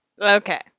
Okay